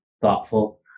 thoughtful